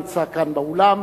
נמצא כאן באולם,